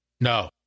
No